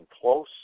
close